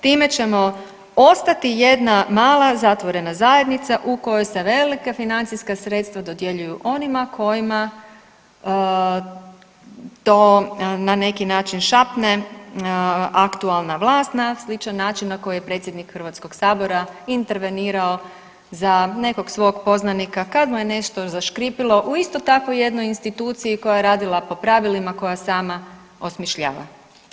Time ćemo ostati jedna mala zatvorena zajednica u kojoj se velika financijska sredstva dodjeljuju onima kojima to na neki naših šapne aktualna vlast na sličan način na koji je predsjednik Hrvatskog sabora intervenirao za nekog svog poznanika kad mu je nešto zaškripilo u isto tako jednoj instituciji koja je radila po pravilima koja sam osmišljava.